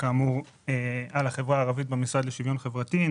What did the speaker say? על החברה הערבית במשרד לשוויון חברתי.